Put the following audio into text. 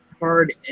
Hard